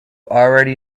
already